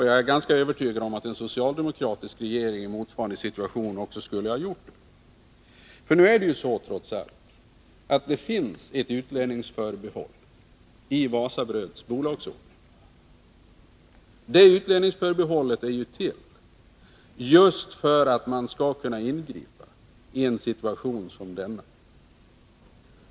Jag är ganska övertygad om att en socialdemokratisk regering i motsvarande situation också skulle ha gjort det. Nu är det ju så, trots allt, att det finns ett utlänningsförbehåll i Wasabröds bolagsordning. Det utlänningsförbehållet är till just för att man skall kunna ingripa i en situation som denna.